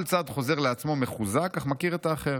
כל צד חוזר לעצמו מחוזק, אך מכיר את האחר.